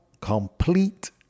Complete